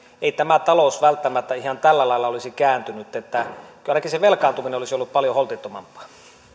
ei tämä talous välttämättä ihan tällä lailla olisi kääntynyt kyllä ainakin se velkaantuminen olisi ollut paljon holtittomampaa